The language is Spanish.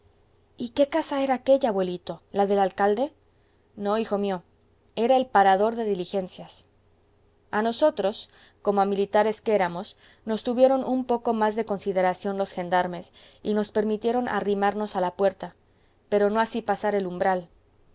y qué casa era aquélla abuelito la del alcalde no hijo mío era el parador de diligencias a nosotros como a militares que éramos nos tuvieron un poco más de consideración los gendarmes y nos permitieron arrimarnos a la puerta pero no así pasar el umbral